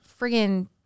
friggin